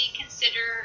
consider